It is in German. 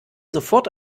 sofort